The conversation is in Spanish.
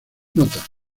nota